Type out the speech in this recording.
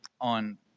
on